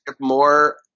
more